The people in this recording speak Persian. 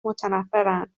متنفرن